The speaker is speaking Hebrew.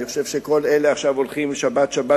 אני חושב שכל אלה עכשיו הולכים שבת שבת